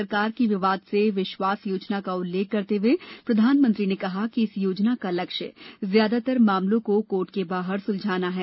सरकार की विवाद से विश्वास योजना का उल्लेख करते हुए प्रधानमंत्री ने कहा कि इस योजना का लक्ष्य ज्यादातर मामलों को कोर्ट के बाहर सुलझाना है